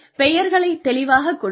எனவே பெயர்களைத் தெளிவாக கொடுங்கள்